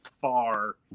far